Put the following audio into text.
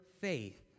faith